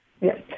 Yes